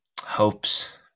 hopes